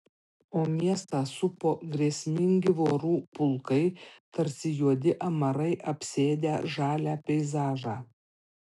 o miestą supo grėsmingi vorų pulkai tarsi juodi amarai apsėdę žalią peizažą